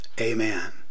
Amen